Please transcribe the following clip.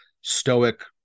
stoic